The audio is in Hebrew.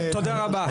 תודה רבה.